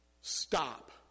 Stop